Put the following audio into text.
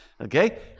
okay